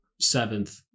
seventh